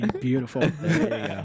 Beautiful